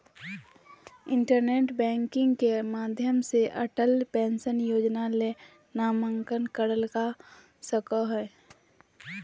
internet banking के माध्यम से भी अटल पेंशन योजना ले नामंकन करल का सको हय